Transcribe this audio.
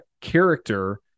character